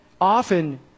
often